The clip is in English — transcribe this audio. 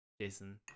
jason